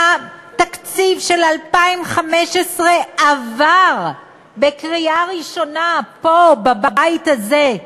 התקציב של 2015 עבר בקריאה ראשונה פה בבית הזה.